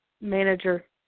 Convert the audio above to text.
manager